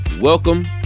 Welcome